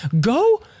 go